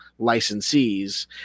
licensees